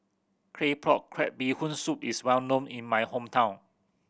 Claypot Crab Bee Hoon Soup is well known in my hometown